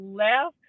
left